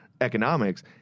economics